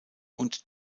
und